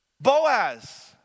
Boaz